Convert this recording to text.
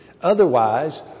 Otherwise